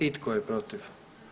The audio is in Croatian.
I tko je protiv?